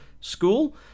School